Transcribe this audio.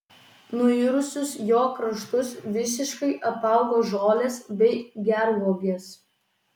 nuirusius jo kraštus visiškai apaugo žolės bei gervuogės